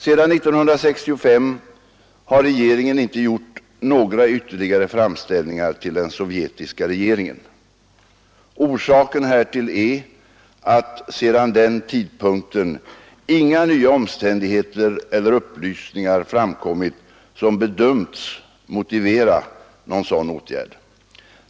Sedan 1965 har regeringen inte gjort några ytterligare framställningar till den sovjetiska regeringen. Orsaken härtill är att sedan den tidpunkten inga nya omständigheter eller upplysningar framkommit som bedömts motivera någon sådan åtgärd.